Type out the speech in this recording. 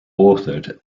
authored